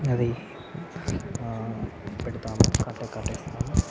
అది పెడతాము కట్టెకు కట్టేస్తాము